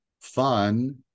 fun